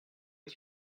est